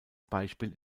beispiel